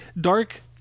dark